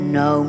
no